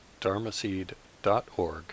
dharmaseed.org